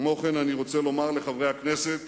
כמו כן אני רוצה לומר לחברי הכנסת